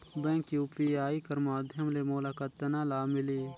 Bank UPI कर माध्यम ले मोला कतना लाभ मिली?